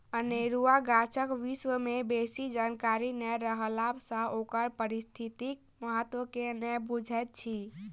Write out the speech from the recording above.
अनेरुआ गाछक विषय मे बेसी जानकारी नै रहला सँ ओकर पारिस्थितिक महत्व के नै बुझैत छी